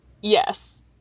Yes